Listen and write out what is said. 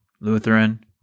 Lutheran